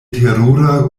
terura